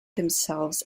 themselves